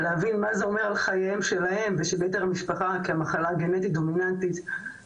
אבי נפטר מהמחלה בגיל 49 ואני ומשפחתי נשאים שלה